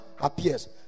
appears